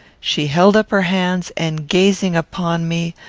she held up her hands, and, gazing upon me,